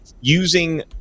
using